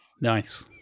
Nice